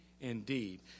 indeed